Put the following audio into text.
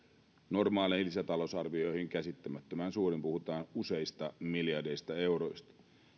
normaaleihin lisätalousarvioihin verrattuna käsittämättömän suuri puhutaan useista miljardeista euroista me